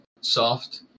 soft